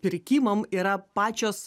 pirkimam yra pačios